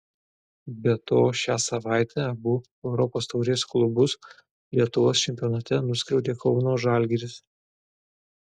be to šią savaitę abu europos taurės klubus lietuvos čempionate nuskriaudė kauno žalgiris